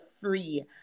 free